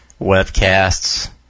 webcasts